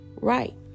right